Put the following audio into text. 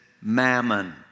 mammon